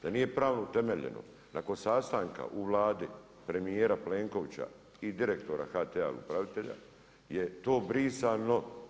Da nije pravno utemeljene, nakon sastanka u Vladi premjera Plenkovića i direktora HT-a upravitelja je to brisano.